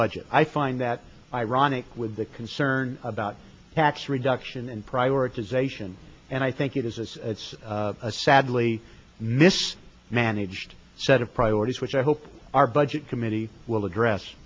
budget i find that ironic with the concern about tax reduction and prioritization and i think it is as it's a sadly missed managed set of priorities which i hope our budget committee will address